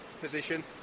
position